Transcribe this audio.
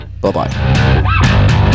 Bye-bye